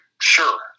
sure